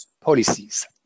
policies